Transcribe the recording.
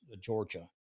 Georgia